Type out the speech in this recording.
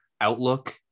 outlook